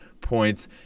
points